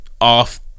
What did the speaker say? off